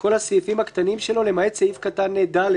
כל הסעיפים הקטנים שלו למעט סעיף קטן (ד),